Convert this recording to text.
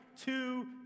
two